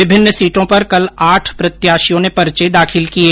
विभिन्न सीटों पर कल आठ प्रत्याषियों ने पर्चे दाखिल किये